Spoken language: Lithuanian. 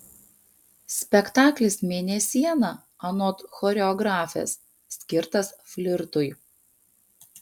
spektaklis mėnesiena anot choreografės skirtas flirtui